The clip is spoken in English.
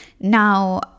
Now